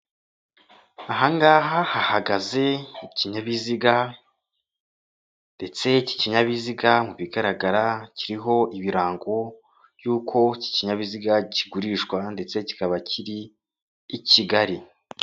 Ahangaha hahagaze ikinyabiziga, ndetse iki kinyabiziga mu bigaragara kiriho ibirango y'uko iki kinyabiziga kigurishwa ndetse kikaba kiri i Kigali.